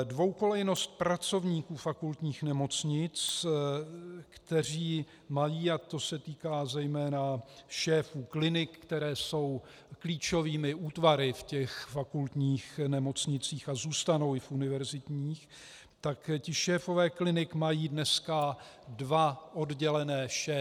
Dvojkolejnost pracovníků fakultních nemocnic, kteří mají, a to se týká zejména šéfů klinik, které jsou klíčovými útvary ve fakultních nemocnicích a zůstanou i v univerzitních, tak ti šéfové klinik mají dneska dva oddělené šéfy.